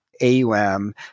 AUM